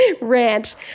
rant